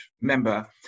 member